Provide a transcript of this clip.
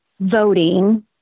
voting